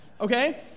okay